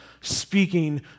speaking